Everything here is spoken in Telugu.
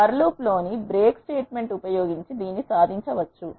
ఫర్ లూప్లోని బ్రేక్ స్టేట్మెంట్ ఉపయోగించి దీన్ని సాధించ వచ్చు